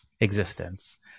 existence